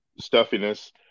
stuffiness